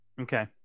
Okay